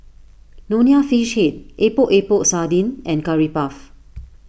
Nonya Fish Head Epok Epok Sardin and Curry Puff